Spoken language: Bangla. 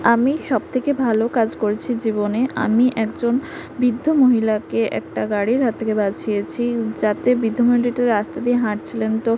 আমি সবথেকে ভালো কাজ করেছি জীবনে আমি একজন বৃদ্ধ মহিলাকে একটা গাড়ির হাত থেকে বাঁচিয়েছি যাতে বৃদ্ধ মহিলাটি রাস্তা দিয়ে হাঁটছিলেন তো